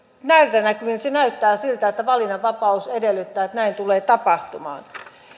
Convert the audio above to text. näillä näkymin näyttää siltä että valinnanvapaus edellyttää että näin tulee tapahtumaan